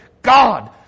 God